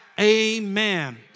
Amen